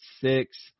six